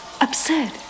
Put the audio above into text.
absurd